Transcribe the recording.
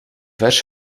vers